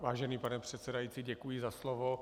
Vážený pane předsedající, děkuji za slovo.